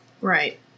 Right